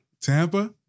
Tampa